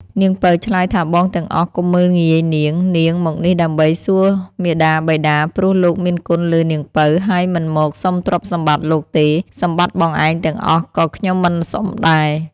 នាងពៅឆ្លើយថាបងទាំងអស់កុំមើលងាយនាងៗមកនេះដើម្បីសួរមាតាបិតា ព្រោះលោកមានគុណលើនាងពៅ ហើយមិនមកសុំទ្រព្យសម្បត្តិលោកទេសម្បត្តិបងឯងទាំងអស់ក៏ខ្ញុំមិនសុំដែរ។